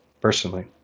personally